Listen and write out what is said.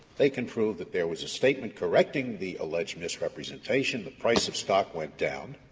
they can prove that there was a statement correcting the alleged misrepresentation, the price of stock went down,